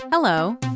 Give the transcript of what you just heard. Hello